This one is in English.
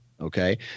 Okay